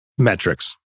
metrics